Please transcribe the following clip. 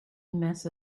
mess